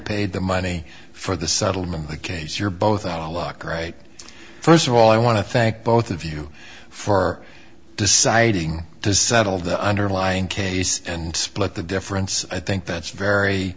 paid the money for the settlement of the case you're both i'll look great first of all i want to thank both of you for deciding to settle the underlying case and split the difference i think that's very